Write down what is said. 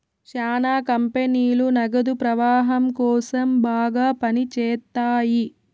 శ్యానా కంపెనీలు నగదు ప్రవాహం కోసం బాగా పని చేత్తాయి